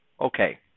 Okay